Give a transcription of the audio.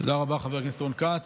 תודה רבה, חבר הכנסת רון כץ.